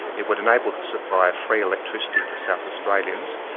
it would enable the supply of free electricity to south australians,